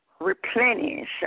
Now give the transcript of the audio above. replenish